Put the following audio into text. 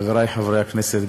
חברי חברי הכנסת,